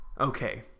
Okay